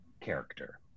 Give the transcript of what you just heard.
character